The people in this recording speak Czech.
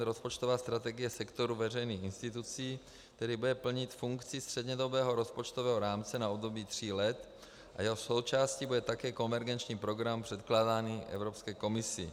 Rozpočtová strategie sektoru veřejných institucí, který bude plnit funkci střednědobého rozpočtového rámce na období tří let, a jeho součástí bude také konvergenční program předkládaný Evropské komisi.